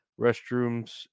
restrooms